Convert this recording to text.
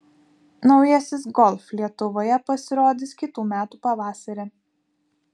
naujasis golf lietuvoje pasirodys kitų metų pavasarį